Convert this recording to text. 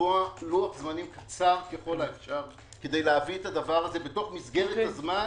לקבוע לוח זמנים קצר ככל האפשר כדי להביא את זה בתוך מסגרת הזמן